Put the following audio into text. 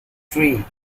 three